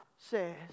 says